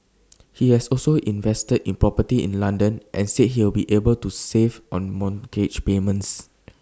he has also invested in property in London and said he will be able to save on mortgage payments